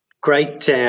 great